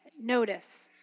Notice